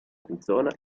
arizona